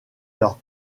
leur